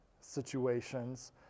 situations